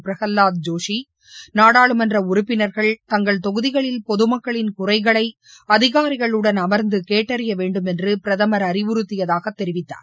பிரகலாத் ஜோஷி நாடாளுமன்ற உறுப்பினா்கள் தங்கள் தொகுதிகளில் பொதுமக்களின் குறைகளை அதிகாரிகளுடன் அமா்ந்து கேட்டறிய வேண்டும் என்று பிரதமா் அறிவறுத்தியதாக தெரிவித்தார்